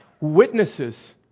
witnesses